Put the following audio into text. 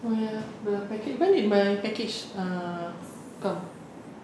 oh ya the package when did my package err come